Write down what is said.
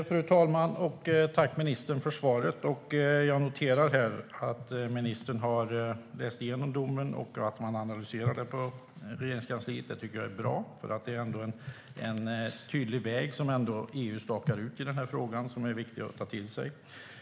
Fru talman! Tack, ministern, för svaret! Jag noterar att ministern har läst igenom domen och att man analyserar den på Regeringskansliet. Det tycker jag är bra, för EU stakar ju ändå ut en tydlig väg i den här frågan som är viktig att ta till sig.